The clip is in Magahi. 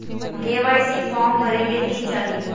के.वाई.सी फॉर्म भरे ले कि चाही?